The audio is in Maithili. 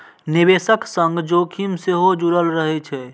निवेशक संग जोखिम सेहो जुड़ल रहै छै